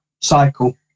cycle